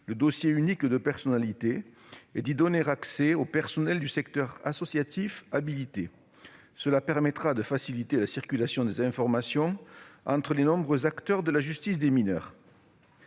le dossier unique de personnalité, dont l'accès sera désormais autorisé au personnel du secteur associatif habilité afin de faciliter la circulation des informations entre les nombreux acteurs de la justice des mineurs.